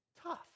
tough